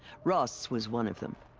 rost's was one of them.